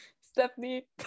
stephanie